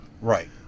Right